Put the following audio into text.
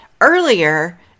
earlier